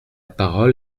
parole